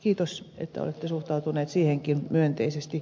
kiitos että olette suhtautuneet siihenkin myönteisesti